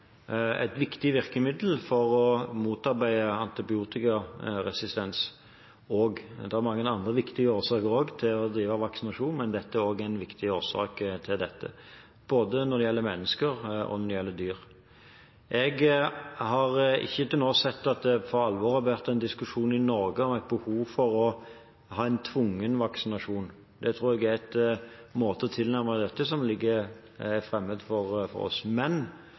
virkemiddel for å motarbeide antibiotikaresistens. Det er mange andre viktige årsaker også til å drive vaksinasjon, men dette er også en viktig årsak, når det gjelder både mennesker og dyr. Jeg har ikke til nå sett at det for alvor har vært en diskusjon i Norge om et behov for å ha en tvungen vaksinasjon. Det tror jeg er en måte å tilnærme seg dette på som er fremmed for oss.